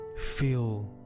Feel